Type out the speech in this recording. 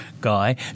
guy